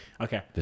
Okay